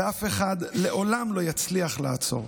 ואף אחד לעולם לא יצליח לעצור.